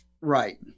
Right